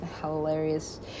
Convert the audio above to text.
hilarious